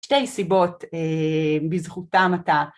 שתי סיבות בזכותם אתה.